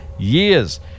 Years